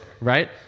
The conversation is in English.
right